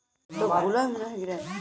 मक्का कुंडा दिनोत उगैहे?